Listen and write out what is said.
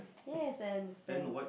yes I understand